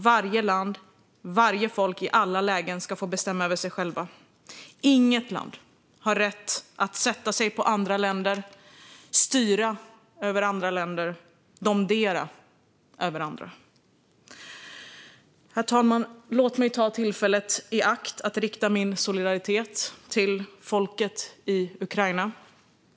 Varje land och varje folk ska i alla lägen få bestämma över sig själva. Inget land har rätt att sätta sig på andra länder, styra över andra länder och domdera över andra. Herr talman! Låt mig ta tillfället i akt att rikta min solidaritet till folket i Ukraina.